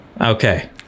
Okay